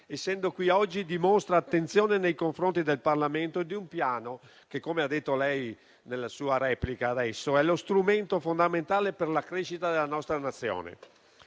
essendo qui oggi, dimostra attenzione nei confronti del Parlamento e di un Piano che, come ha dichiarato nella sua replica, è lo strumento fondamentale per la crescita della nostra Nazione.